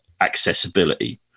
accessibility